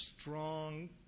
strong